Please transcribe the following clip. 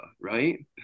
right